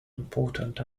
important